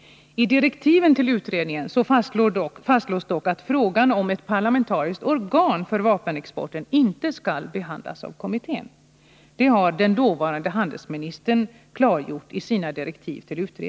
I direktiven till utredningen fastslås dock att frågan om ett parlamentariskt organ för vapenexporten inte skall behandlas av kommittén. Det har den dåvarande handelsministern klargjort i sina direktiv.